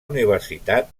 universitat